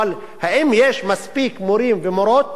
אבל האם יש מספיק מורים ומורות